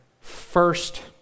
first